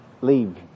Leave